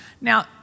Now